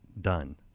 done